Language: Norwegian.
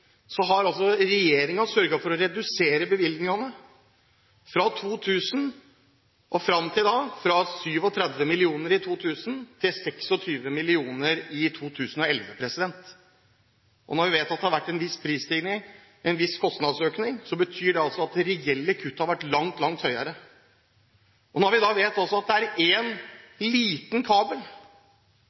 så virkelig i 2011 hvor viktig det var å ha god telekommunikasjon – har altså regjeringen sørget for å redusere bevilgningene fra 2000 og fram til i dag, fra 37 mill. kr i 2000 til 26 mill. kr i 2011. Når vi vet at det har vært en viss prisstigning, en viss kostnadsøkning, betyr det at det reelle kuttet har vært langt, langt høyere. Vi vet også at det er én liten kabel,